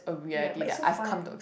ya but it's so fun